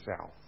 south